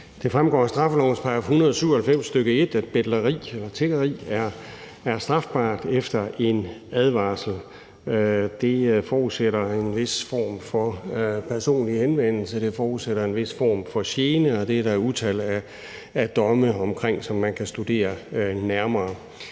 Det fremgår af straffelovens § 197, stk. 1, at betleri og tiggeri er strafbart efter en advarsel. Det forudsætter en vis form for personlig henvendelse, og det forudsætter en vis form for gene, og det er der et utal af domme omkring, som man kan studere nærmere.